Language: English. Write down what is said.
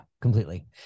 completely